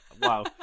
wow